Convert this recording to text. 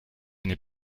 n’est